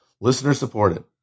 listener-supported